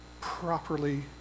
properly